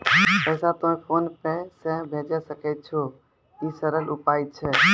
पैसा तोय PhonePe से भैजै सकै छौ? ई सरल उपाय छै?